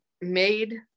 made